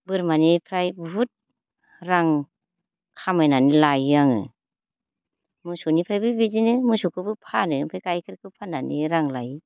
बोरमानिफ्राय बहुद रां खामायनानै लायो आङो मोसौनिफ्रायबो बिदिनो मोसौखौबो फानो ओमफ्राय गायखेरखो फाननानै रां लायो